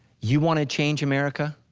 you wanna change america?